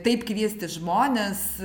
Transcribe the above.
taip kviesti žmones